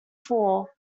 four